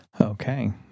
Okay